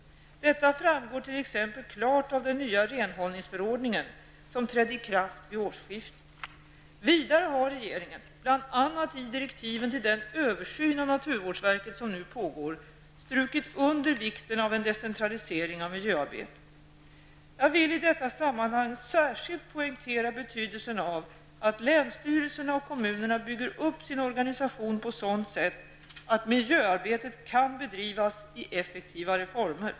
Detta framgår t.ex. klart av den nya renhållningsförordningen som trädde i kraft vid årsskiftet. Vidare har regeringen, bl.a. i direktiven till den översyn av naturvårdsverket som nu pågår, strukit under vikten av en decentralisering av miljöarbetet. Jag vill i detta sammanhang särskilt poängtera betydelsen av att länsstyrelserna och kommunerna bygger upp sin organisation på sådant sätt att miljöarbetet kan bedrivas i effektiva former.